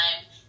time